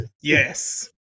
Yes